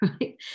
right